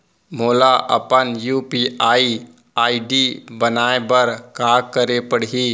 मोला अपन UPI ID बनाए बर का करे पड़ही?